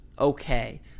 okay